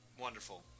Wonderful